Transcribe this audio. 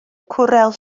cwrel